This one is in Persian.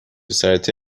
سرته